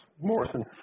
Morrison